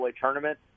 tournament